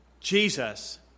Jesus